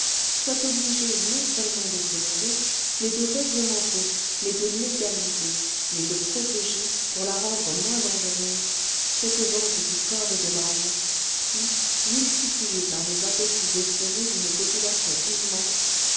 abstraction soit obligé non-seulement de tolérer mais de réglementer mais de légaliser mais de protéger pour la rendre moins dangereuse cette vente du corps et de l'âme qui multipliée par les appétits effrénés d'une population immense